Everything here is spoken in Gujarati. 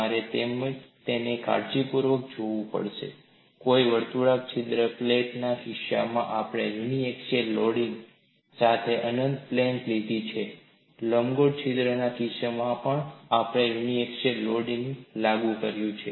તમારે તેને કાળજીપૂર્વક જોવું પડશે કોઈ વર્તુળાકાર છિદ્રવાળી પ્લેટના કિસ્સામાં આપણે યુનીએક્ક્ષીયલ લોડિંગ સાથે અનંત પ્લેટ લીધી છે લંબગોળ છિદ્રના કિસ્સામાં પણ આપણે યુનીએક્ક્ષીયલ લોડિંગ લાગુ કર્યું છે